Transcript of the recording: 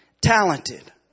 talented